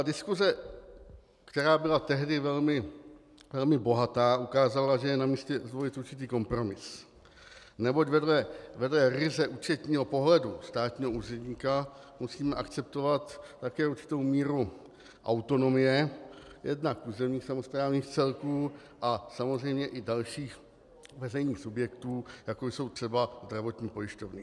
Diskuse, která byla tehdy velmi bohatá, ukázala, že je namístě zvolit určitý kompromis, neboť vedle ryze účetního pohledu státního úředníka musíme akceptovat také určitou míru autonomie jednak územních samosprávných celků a samozřejmě i dalších veřejných subjektů, jako jsou třeba zdravotní pojišťovny.